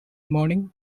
morning